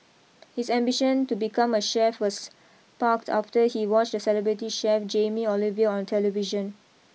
his ambition to become a chef was sparked after he watched celebrity chef Jamie Oliver on television